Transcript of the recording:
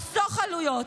לחסוך עלויות,